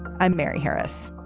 i'm mary harris.